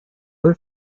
por